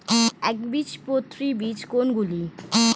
একবীজপত্রী বীজ কোন গুলি?